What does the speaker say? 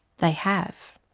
they have.